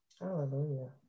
Hallelujah